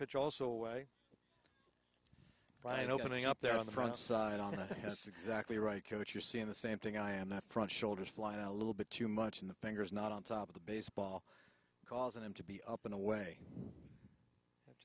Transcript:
pitch also away and opening up there on the front side and i think that's exactly right coach you're seeing the same thing i am that front shoulders line a little bit too much in the fingers not on top of the baseball causing them to be up in a way t